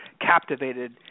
captivated